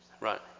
Right